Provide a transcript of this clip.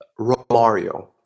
Romario